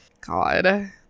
God